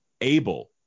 able